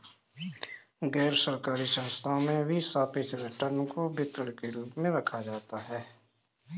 गैरसरकारी संस्थाओं में भी सापेक्ष रिटर्न को वितरण के रूप में रखा जाता है